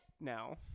No